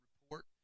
report